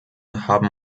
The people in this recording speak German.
haben